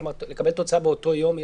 מקבלים תוצאה באותו יום?